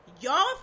y'all